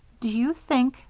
do you think,